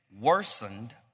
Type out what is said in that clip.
worsened